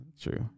True